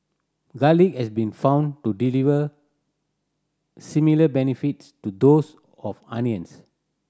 garlic has been found to deliver similar benefits to those of onions